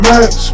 Max